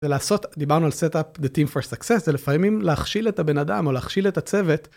לעשות דיברנו על set up the team for success לפעמים להכשיל את הבן אדם או להכשיל את הצוות.